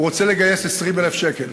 הוא רוצה לגייס 20,000 שקל.